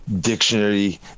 dictionary